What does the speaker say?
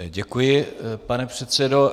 Děkuji, pane předsedo.